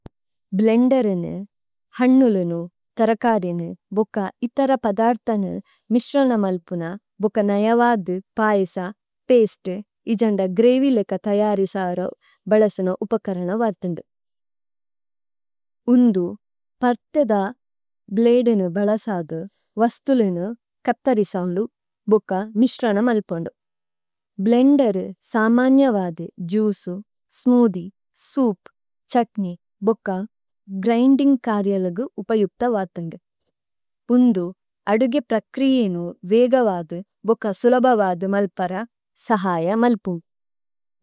ഭ്ലേന്ദേരിനു, ഹന്നുലുനു, ഥരകരിനു ബുക ഇഥര പദര്ഥനു മിസ്രന മല്പുന ബുക നയവദു പഏസ, പേസ്തേ, ഇജന്ദ ഗ്രേഇവിലേക തയരിസരു ബലസുനു ഉപകരന വഥുന്ദു। ഉന്ദു, പര്തേദ ബ്ലദേനു ബലസദു വസ്തുലുനു കത്തരിസന്ദു ബുക മിസ്രന മല്പുന്ദു। ഭ്ലേന്ദേരു സാമന്യവദു ജൂസു, സ്മൂഥിഏ, സോഉപ്, ഛുത്നേയ്, ബുക, ഗ്രിന്ദിന്ഗ് കരിഅലഗു ഉപയുപ്ത വഥുന്ദു। ഉന്ദു, അദുഗി പ്രക്രീനു വേഗവദു ബുക സുലബവദു മല്പര സഹയ മല്പുന്ദു।